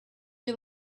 you